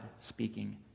speaking